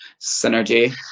Synergy